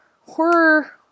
horror